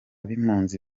b’impunzi